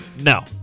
No